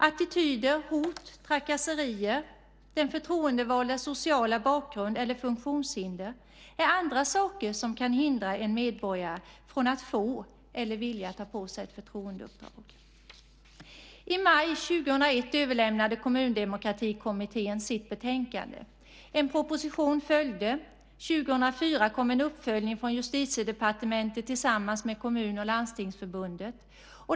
Attityder, hot, trakasserier, social bakgrund eller funktionshinder är andra saker som kan hindra en medborgare från att få eller vilja ta på sig ett förtroendeuppdrag. I maj 2001 överlämnade Kommundemokratikommittén sitt betänkande. En proposition följde. År 2004 kom en uppföljning från Justitiedepartementet tillsammans med Kommun och Landstingsförbunden.